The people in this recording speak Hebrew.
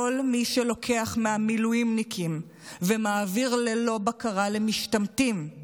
כל מי שלוקח מהמילואימניקים ומעביר ללא בקרה למשתמטים,